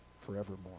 forevermore